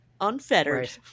unfettered